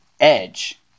edge